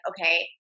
okay